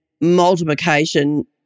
multiplication